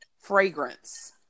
fragrance